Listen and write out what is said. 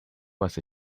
was